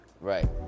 Right